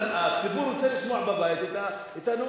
הציבור רוצה לשמוע בבית את הנואם.